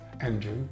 Andrew